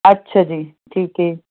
ਅੱਛਾ ਜੀ ਠੀਕ ਹੈ